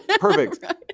Perfect